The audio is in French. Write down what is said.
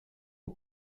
aux